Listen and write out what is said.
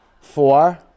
Four